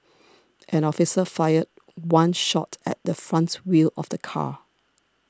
an officer fired one shot at the front wheel of the car